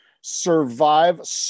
survive